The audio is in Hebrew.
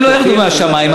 הם לא ירדו מהשמים.